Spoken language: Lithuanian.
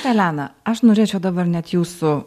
elena aš norėčiau dabar net jūsų